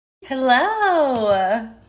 Hello